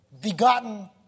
begotten